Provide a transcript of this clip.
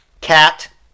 Cat